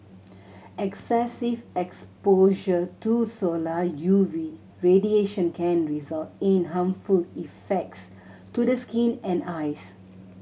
excessive exposure to solar U V radiation can result in harmful effects to the skin and eyes